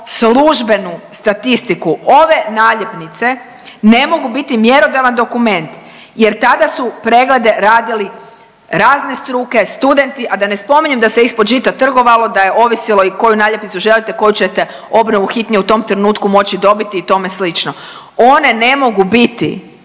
službenu statistiku, ove naljepnice ne mogu biti mjerodavan dokument jer tada su preglede radili razne struke, studenti, a da ne spominjem da se ispod žita trgovalo da je ovisilo i koju naljepnicu želite, koju ćete obnovu hitnije u tom trenutku moći dobiti i tome slično. One ne mogu biti